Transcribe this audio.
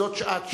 זאת שעת שאלות,